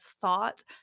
thought